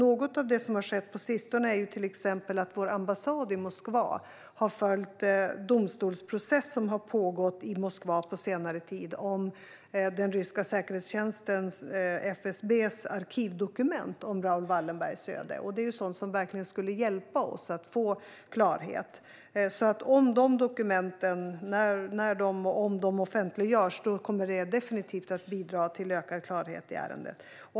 Något av det som har skett på sistone är till exempel att vår ambassad i Moskva har följt den domstolsprocess som på senare tid har pågått i Moskva om den ryska säkerhetstjänsten FSB:s arkivdokument om Raoul Wallenbergs öde. Om och när dessa dokument offentliggörs kommer det definitivt att bidra till ökad klarhet i ärendet.